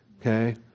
Okay